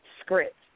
script